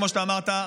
כמו שאתה אמרת,